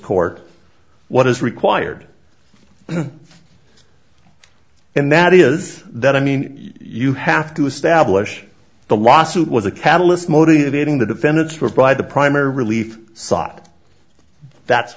court what is required and that is that i mean you have to establish the lawsuit was a catalyst motivating the defendants were by the primary relief sought that's